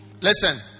Listen